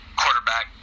quarterback